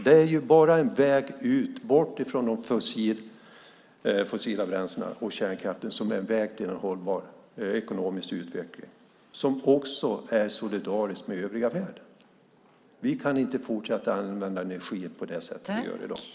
Det är bara vägen bort från de fossila bränslena och kärnkraften som är en väg till en hållbar ekonomisk utveckling som också är solidarisk med övriga världen. Vi kan inte fortsätta att använda energin på det sätt vi gör i dag.